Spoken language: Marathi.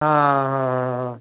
हां हां हां